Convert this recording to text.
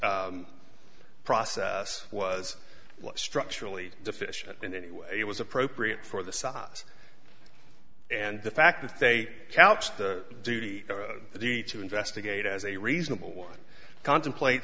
process was structurally deficient in any way it was appropriate for the sox and the fact that they couched the duty of the to investigate as a reasonable one contemplate